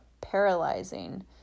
paralyzing